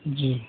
जी